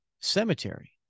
cemetery